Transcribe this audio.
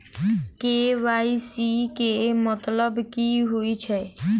KYC केँ मतलब की होइ छै?